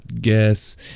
guess